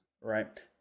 Right